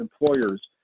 employers